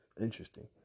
interesting